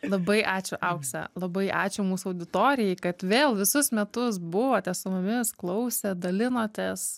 labai ačiū aukse labai ačiū mūsų auditorijai kad vėl visus metus buvote su mumis klausėt dalinotės